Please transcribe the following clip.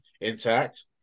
intact